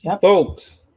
folks